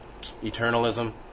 eternalism